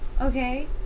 Okay